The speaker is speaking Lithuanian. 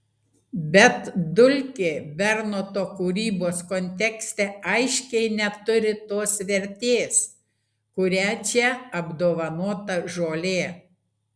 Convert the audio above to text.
bet dulkė bernoto kūrybos kontekste aiškiai neturi tos vertės kuria čia apdovanota žolė